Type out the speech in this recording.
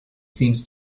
seems